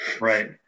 Right